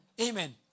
Amen